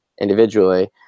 individually